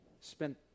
Spent